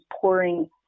pouring